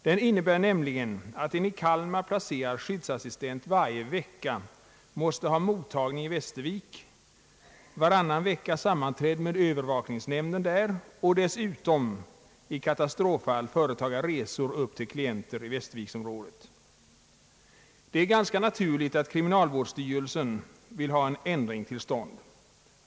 Den innebär nämligen att en i Kalmar placerad skyddsassistent varje vecka måste ha mottagning i Västervik, varannan vecka sammanträde med övervakningsnämnden där och dessutom i katastroffall företa resor till klienter i Västerviksområdet. Det är ganska naturligt att kriminalvårdsstyrelsen vill ha en ändring till stånd.